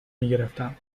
میگرفتم